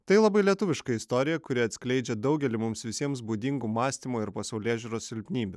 tai labai lietuviška istorija kuri atskleidžia daugelį mums visiems būdingų mąstymo ir pasaulėžiūros silpnybių